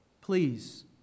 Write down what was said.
please